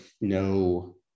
no